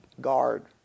guard